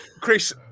Chris